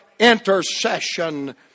Intercession